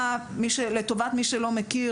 לטובת מי שלא מכיר,